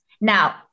Now